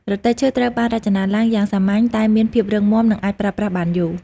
រទេះឈើត្រូវបានរចនាឡើងយ៉ាងសាមញ្ញតែមានភាពរឹងមាំ និងអាចប្រើប្រាស់បានយូរ។